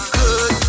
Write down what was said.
good